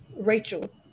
Rachel